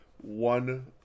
one